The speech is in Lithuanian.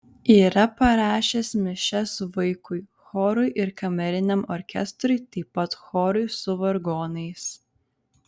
yra parašęs mišias vaikui chorui ir kameriniam orkestrui taip pat chorui su vargonais